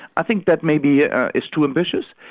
i think that maybe ah is too ambitious,